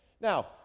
Now